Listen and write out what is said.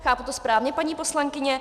Chápu to správně, paní poslankyně?